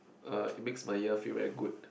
er it makes my ear feel very good